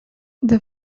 the